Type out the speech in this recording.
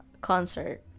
concert